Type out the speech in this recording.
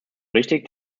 richtig